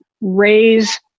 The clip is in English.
raise